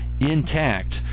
intact